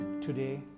today